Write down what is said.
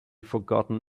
forgotten